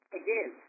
again